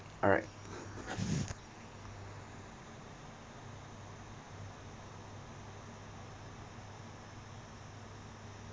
alright